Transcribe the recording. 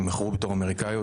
יימכרו בתור אמריקאיות.